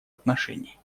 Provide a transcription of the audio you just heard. отношений